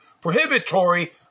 Prohibitory